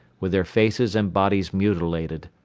with their faces and bodies mutilated.